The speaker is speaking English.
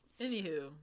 Anywho